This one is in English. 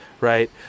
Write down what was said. right